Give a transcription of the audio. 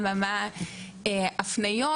לגבי הפניות